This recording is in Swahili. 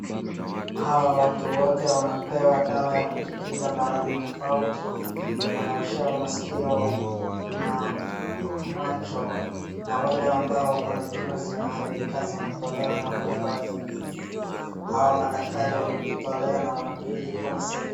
Hawa watu wote wanapewa dawa ya kujikinga maradhi tofauti. Wanaoshewa masikio na macho na wale ambao wako na jino zimeharibika zinatolewa na kuwekewa zingine. Hawa madaktari wamejitolea na wanalipwa na serikali.